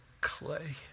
clay